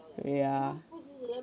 ya